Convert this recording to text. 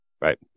right